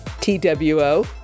T-W-O